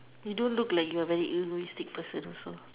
you don't look like you're very luminous person also